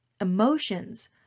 Emotions